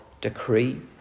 decree